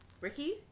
Ricky